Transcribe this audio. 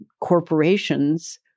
corporations